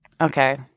Okay